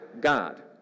God